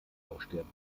aussterben